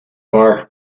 bar